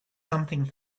something